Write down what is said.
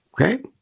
Okay